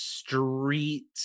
Street